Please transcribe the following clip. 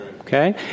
Okay